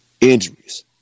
Injuries